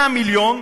100 מיליון